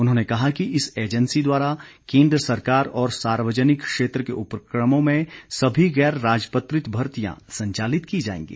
उन्होंने कहा कि इस एजेंसी द्वारा केंद्र सरकार और सार्वजनिक क्षेत्र के उपकमों में सभी गैर राजपत्रित भर्तियां संचालित की जाएंगी